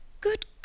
Good